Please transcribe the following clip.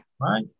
Right